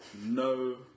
no